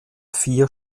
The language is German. vier